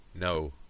no